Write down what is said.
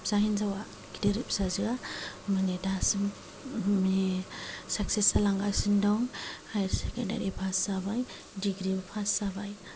फिसा हिनजावा गिदिर फिसाजोआ माने दासिम माने साकसेस जालांगासिनो दं हायार सेकेन्दारि पास जाबाय दिग्रीबो पास जाबाय